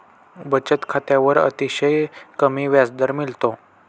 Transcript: बचत खात्यावर अतिशय कमी व्याजदर मिळतो